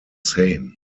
same